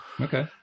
okay